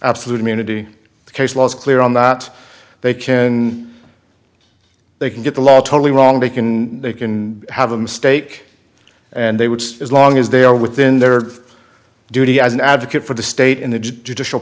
absolute immunity the case law is clear on that they can they can get the law totally wrong they can they can have a mistake and they would as long as they are within their duty as an advocate for the state in the judicial